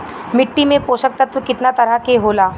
मिट्टी में पोषक तत्व कितना तरह के होला?